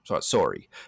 sorry